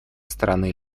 стороны